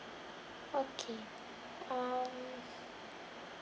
okay um